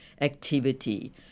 activity